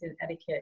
etiquette